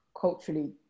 culturally